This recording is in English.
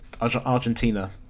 Argentina